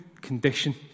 condition